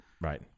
Right